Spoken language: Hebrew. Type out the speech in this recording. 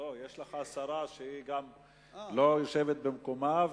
יש לך שרה שלא יושבת במקומה,